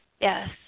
Yes